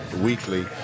weekly